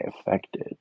affected